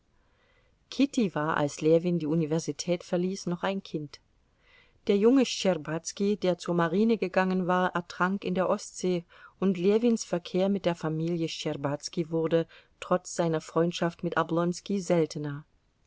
kitty war als ljewin die universität verließ noch ein kind der junge schtscherbazki der zur marine gegangen war ertrank in der ostsee und ljewins verkehr mit der familie schtscherbazki wurde trotz seiner freundschaft mit oblonski seltener